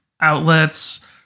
outlets